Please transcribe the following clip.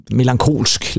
melankolsk